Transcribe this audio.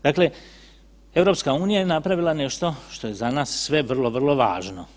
Dakle, EU je napravila nešto što je za nas sve vrlo, vrlo važno.